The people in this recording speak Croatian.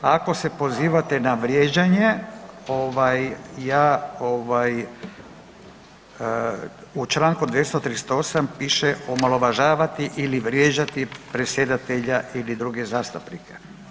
Ako se pozivate da vrijeđanje, ja, u čl. 238. piše omalovažavati ili vrijeđati predsjedatelja ili druge zastupnike.